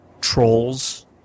trolls